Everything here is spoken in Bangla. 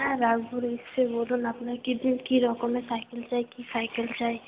হ্যাঁ রাখবো নিশ্চয়ই বলুন আপনার কী কী রকমের সাইকেল চাই কী সাইকেল চাই